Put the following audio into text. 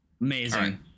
amazing